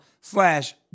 slash